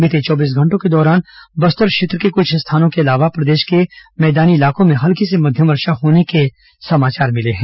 बीते चौबीस घंटों के दौरान बस्तर क्षेत्र के कुछ स्थानों के अलावा प्रदेश के मैदानी इलाकों में हल्की से मध्यम वर्षा होने के समाचार मिले हैं